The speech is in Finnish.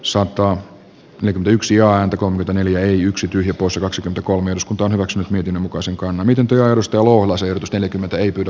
sopraano ja yksi ääntä kolme neljä yksi tyhjä poissa kaksi collins on hyväksynyt mietinnön mukaisen kannan miten työnostoluolassa jutustelee kymmentä ei pidä